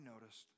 noticed